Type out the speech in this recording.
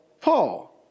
Paul